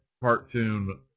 cartoon